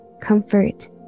comfort